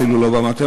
אפילו לא במתמטיקה.